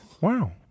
Wow